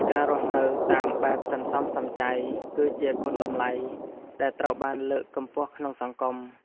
ការរស់នៅតាមបែបសន្សំសំចៃ គឺជាគុណតម្លៃដែលត្រូវបានលើកកម្ពស់ក្នុងសង្គម។